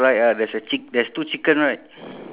okay